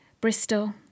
Bristol